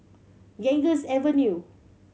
Ganges Avenue